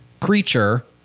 creature